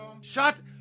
Shut